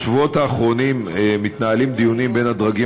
בשבועות האחרונים מתנהלים דיונים בין הדרגים